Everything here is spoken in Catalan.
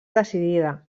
decidida